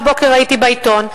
ראיתי הבוקר בעיתון,